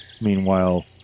Meanwhile